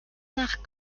nach